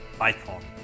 icon